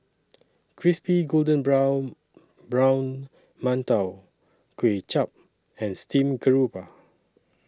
Crispy Golden Brown Brown mantou Kuay Chap and Steamed Garoupa